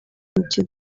into